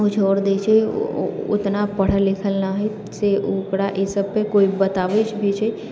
उ छोड़ि दै छै उतना पढ़ल लिखल नहि है से ओकरा ई सभके कोइ बताबै भी छै